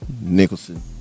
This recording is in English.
Nicholson